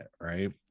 right